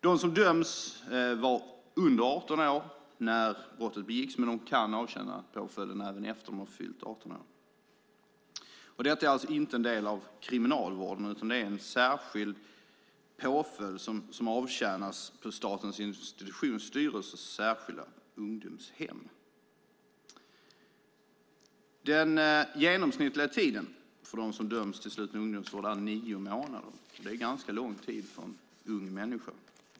De som döms var under 18 år när brottet begicks, men de kan avtjäna påföljden även efter det att de har fyllt 18 år. Detta är inte en del av kriminalvården utan en särskild påföljd som avtjänas på Statens Institutionsstyrelses särskilda ungdomshem. Den genomsnittliga tiden för dem som döms till sluten ungdomsvård är nio månader. Det är ganska lång tid för en ung människa.